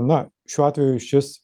na šiuo atveju šis